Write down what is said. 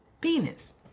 Penis